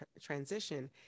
transition